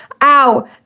Ow